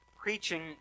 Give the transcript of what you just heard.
Preaching